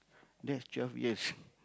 that's twelve years